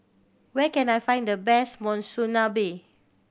where can I find the best Monsunabe